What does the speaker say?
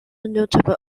notable